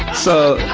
so